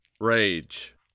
rage